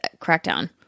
Crackdown